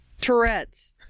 Tourette's